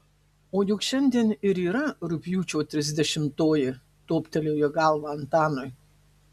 o juk šiandien ir yra rugpjūčio trisdešimtoji toptelėjo į galvą antanui